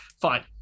fine